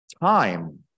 time